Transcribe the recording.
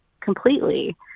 completely